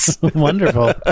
Wonderful